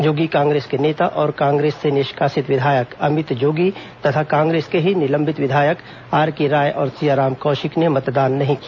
जोगी कांग्रेस के नेता और कांग्रेस से निष्कासित विधायक अमित जोगी तथा कांग्रेस के ही निलंबित विधायक आरके राय और सियाराम कौशिक ने मतदान नहीं किया